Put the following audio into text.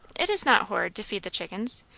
it is not horrid to feed the chickens.